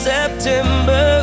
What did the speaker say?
September